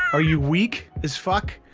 are you weak as fuck?